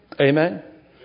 Amen